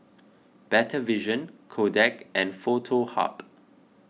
Better Vision Kodak and Foto Hub